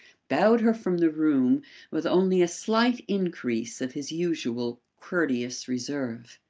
bowed her from the room with only a slight increase of his usual courteous reserve.